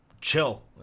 chill